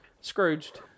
Scrooged